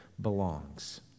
belongs